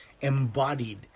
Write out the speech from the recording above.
embodied